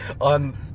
on